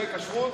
הייתי יוצא בכלל